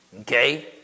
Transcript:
Okay